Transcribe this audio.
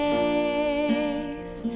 face